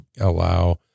allow